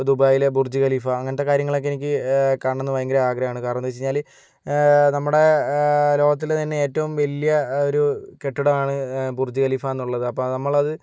ഇപ്പോൾ ദുബായിലെ Burj Khalifa അങ്ങനത്തെ കാര്യങ്ങളൊക്കെ എനിക്ക് കാണണന്ന് ഭയങ്കര ആഗ്രഹാണ് കാരണന്ന് വെച്ച് കഴിഞ്ഞാല് നമ്മുടെ ലോകത്തിലെ തന്നെ ഏറ്റവും വലിയ ഒരു കെട്ടിടമാണ് ബുർജ് ഖലീഫാന്നുള്ളത് അപ്പോൾ നമ്മളത്